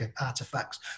artifacts